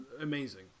amazing